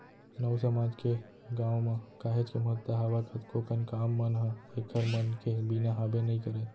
नाऊ समाज के गाँव म काहेच के महत्ता हावय कतको कन काम मन ह ऐखर मन के बिना हाबे नइ करय